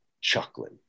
chuckling